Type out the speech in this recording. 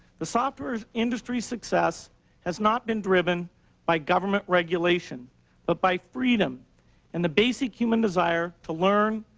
the software industry's success has not been driven by government regulation but by freedom and the basic human desire to learn,